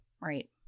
Right